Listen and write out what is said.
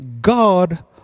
god